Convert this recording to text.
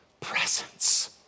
presence